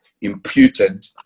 imputed